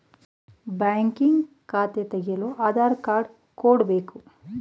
banking ಖಾತೆ ತೆಗೆಯಲು Aadhaar card ಕೊಡಬೇಕು